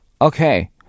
Okay